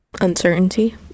uncertainty